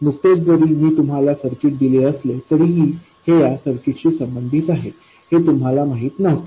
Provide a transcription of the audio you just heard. नुकतेच जरी मी तुम्हाला सर्किट दिले असले तरीही हे या सर्किट शी संबंधित आहे हे तुम्हाला माहित नव्हते